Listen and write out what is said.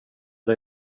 det